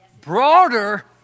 broader